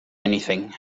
anything